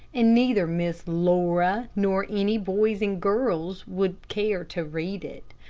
and neither miss laura nor any boys and girls would care to read it.